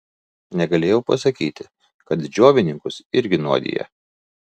negalėjau pasakyti kad džiovininkus irgi nuodija